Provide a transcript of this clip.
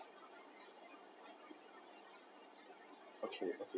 okay